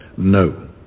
No